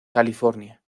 california